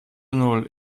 null